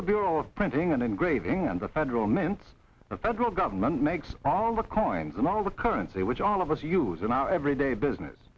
the bureau of printing and engraving and the federal mint the federal government makes all the coins and all the currency which all of us use in our everyday business